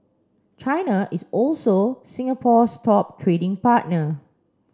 China is also Singapore's top trading partner